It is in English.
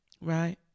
right